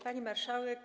Pani Marszałek!